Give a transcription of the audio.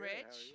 Rich